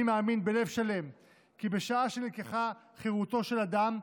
אני מאמין בלב שלם כי בשעה שנלקחה חירותו של אדם,